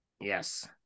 Yes